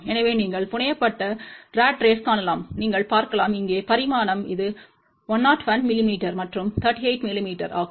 எனவே நீங்கள் புனையப்பட்ட ராட் ரேஸ்த்தைக் காணலாம் நீங்கள் பார்க்கலாம் இங்கே பரிமாணம் இது 101 மிமீ மற்றும் 38 மிமீ ஆகும்